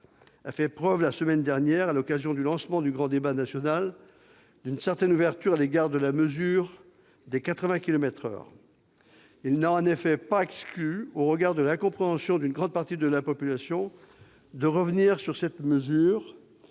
a fait preuve, la semaine dernière, à l'occasion du lancement du grand débat national, d'une certaine ouverture à l'égard de la limitation de vitesse à 80 kilomètres par heure. Il n'a pas exclu, au vu de l'incompréhension d'une grande partie de la population, de revenir sur cette mesure